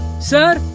sir,